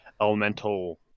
elemental